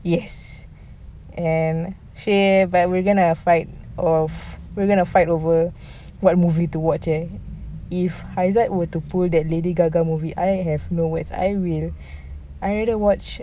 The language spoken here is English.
yes and we're going to fight over what movie to watch eh if haizat were to pull that lady gaga movie I have no words I will I'd rather watch